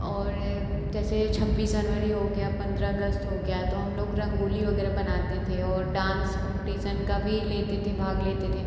और जैसे छब्बीस जनवरी हो गया पन्द्रह अगस्त हो गया तो हम लोग रंगोली वग़ैरह बनाते थे और डांस कम्पटीशन का भी लेते थे भाग लेते थे